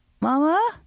Mama